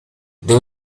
there